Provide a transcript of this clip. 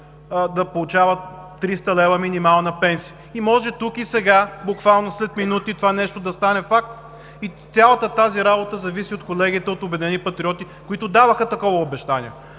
да получават 300 лв. минимална пенсия. И може тук и сега, буквално след минути, това нещо да стане факт и цялата тази работа зависи от колегите от „Обединени патриоти“, които дадоха такова обещание.